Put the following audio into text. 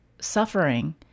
suffering